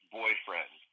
boyfriend